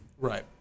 Right